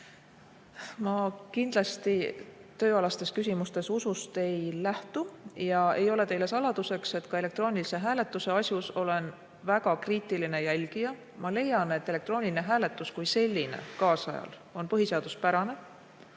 ei lähtu ma tööalastes küsimustes usust. Ja ei ole teile saladuseks, et ka elektroonilise hääletuse asjus olen ma väga kriitiline jälgija. Ma leian, et elektrooniline hääletus kui selline on kaasajal põhiseaduspärane,